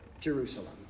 Jerusalem